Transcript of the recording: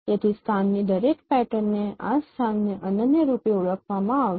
તેથી સ્થાનની દરેક પેટર્નને આ સ્થાનને અનન્ય રૂપે ઓળખવામાં આવશે